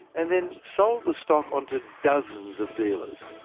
and then sold stock on to dozens of dealers.